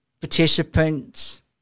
participants